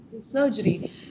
surgery